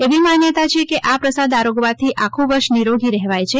એવી માન્યતા છે કે આ પ્રસાદ આરોગવાથી આખું વર્ષ નિરોગી રહેવાય છે